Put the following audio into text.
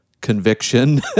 conviction